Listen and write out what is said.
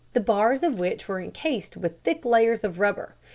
the bars of which were encased with thick layers of rubber,